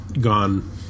gone